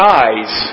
eyes